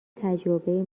تجربه